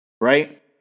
Right